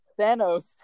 Thanos